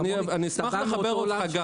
אני אשמח גם לחבר אותך.